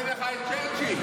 לך את צ'רצ'יל.